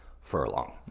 furlong